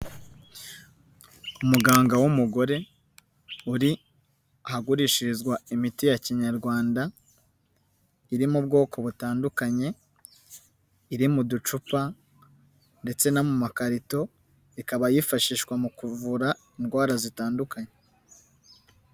Umuganga w'umugore, uri ahagurishirizwa imiti ya kinyarwanda, iri mu bwoko butandukanye, iri mu ducupa, ndetse no mu makarito, ikaba yifashishwa mu kuvura indwara zitandukanye.